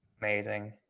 Amazing